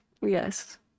Yes